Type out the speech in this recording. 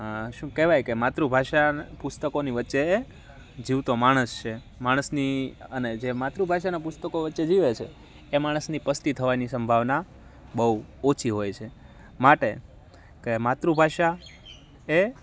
શું કહેવાય કે માતૃભાષાનાં પુસ્તકોની વચ્ચે જીવતો માણસ છે માણસની અને જે માતૃભાષાનાં પુસ્તકો વચ્ચે જીવે છે એ માણસની પસ્તી થવાની સંભાવના બહુ ઓછી હોય છે માટે કે માતૃભાષા એ